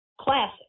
classic